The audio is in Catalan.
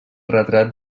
retrat